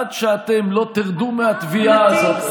עד שאתם לא תרדו מהתביעה הזאת,